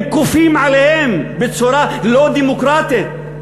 הם כופים עליהם בצורה לא דמוקרטית,